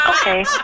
Okay